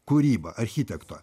kūryba architekto